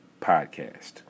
podcast